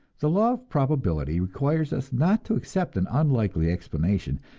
the law of probability requires us not to accept an unlikely explanation,